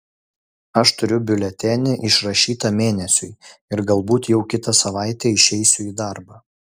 aš turiu biuletenį išrašytą mėnesiui ir galbūt jau kitą savaitę išeisiu į darbą